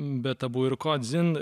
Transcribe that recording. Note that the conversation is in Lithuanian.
be tabu ir ko dzin